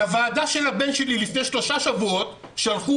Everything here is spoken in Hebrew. לוועדה של הבן שלי לפני שלושה שבועות שלחו